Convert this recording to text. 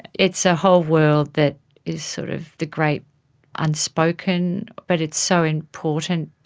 it's a whole world that is sort of the great unspoken but it's so important.